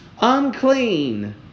unclean